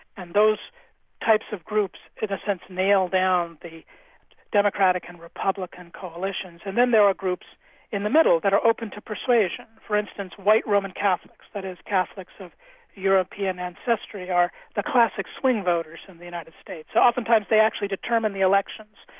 and those types of groups in a sense nail down the democratic and republican coalitions. and then there are groups in the middle that are open to persuasion. for instance, white roman catholics, that is catholics of european ancestry are the classic swing voters in and the united states. so oftentimes they actually determine the elections,